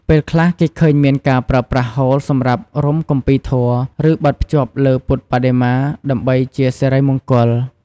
ពេលខ្លះគេឃើញមានការប្រើប្រាស់ហូលសម្រាប់រុំគម្ពីរធម៌ ឬបិទភ្ជាប់លើពុទ្ធបដិមា ដើម្បីជាសិរីមង្គល។